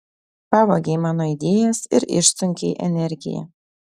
pavogei mano idėjas ir išsunkei energiją